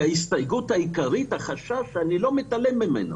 יש את החשש, שאני לא מתעלם ממנו,